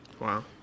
Wow